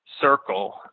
circle